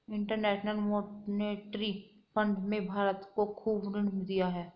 international Monetary Fund ने भारत को खूब ऋण दिया है